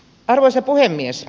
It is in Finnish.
arvoisa puhemies